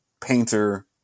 Painter